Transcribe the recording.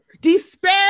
Despair